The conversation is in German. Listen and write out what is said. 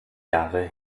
jahre